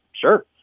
sure